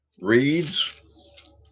reads